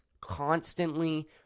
constantly